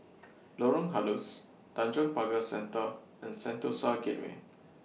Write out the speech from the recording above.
Lorong Halus Tanjong Pagar Centre and Sentosa Gateway